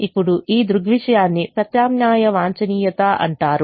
ఇప్పుడు ఈ దృగ్విషయాన్ని ప్రత్యామ్నాయ వాంఛనీయత అంటారు